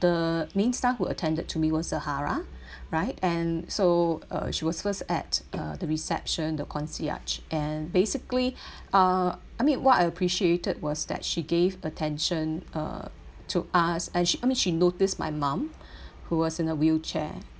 the main staff who attended to me was zahara right and so uh she was first at uh the reception the concierge and basically uh I mean what I appreciated was that she gave attention uh to us and she I mean she noticed my mom who was in a wheelchair